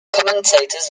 commentators